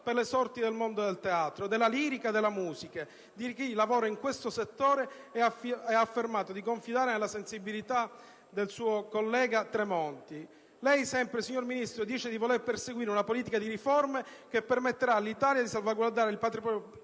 per le sorti del mondo del teatro, della lirica, della musica, di chi lavora in questo settore, e ha affermato di confidare nella sensibilità del suo collega Tremonti. Signor Ministro, lei afferma di voler perseguire una politica di riforme che permetterà all'Italia di salvaguardare il patrimonio